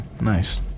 Nice